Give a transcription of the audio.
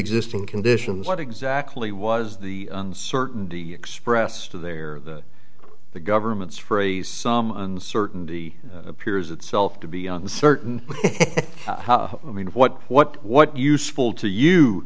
preexisting conditions what exactly was the uncertainty expressed to there that the government's phrase some uncertainty appears itself to be uncertain how i mean what what what useful to you